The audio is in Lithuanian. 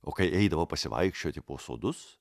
o kai eidavo pasivaikščioti po sodus